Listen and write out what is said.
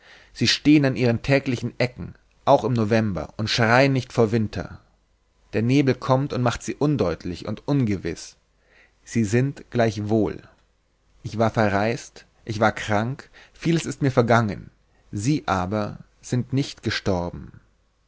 sie stehen an ihren täglichen ecken auch im november und schreien nicht vor winter der nebel kommt und macht sie undeutlich und ungewiß sie sind gleichwohl ich war verreist ich war krank vieles ist mir vergangen sie aber sind nicht gestorben